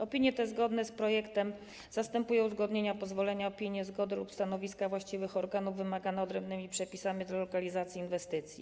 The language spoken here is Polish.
Opinie te zgodne z projektem zastępują uzgodnienia, pozwolenia, opinie, zgody lub stanowiska właściwych organów wymagane odrębnymi przepisami dla lokalizacji inwestycji.